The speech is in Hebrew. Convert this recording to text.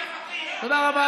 תודה רבה,